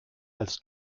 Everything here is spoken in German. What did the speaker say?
als